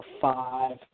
five